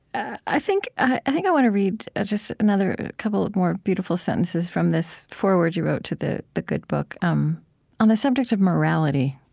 i think i think i want to read just another couple more beautiful sentences from this foreword you wrote to the the good book um on the subject of morality,